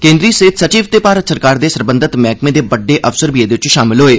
केन्द्री सेह्त सचिव ते भारत सरकार दे सरबंधत मैह्कमे दे बड्डे अफसर बी एह्दे च शामल होए